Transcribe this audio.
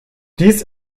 dies